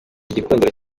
igikundiro